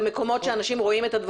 במקומות שאנשים רואים את זה?